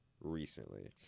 recently